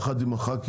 יחד עם הח"כים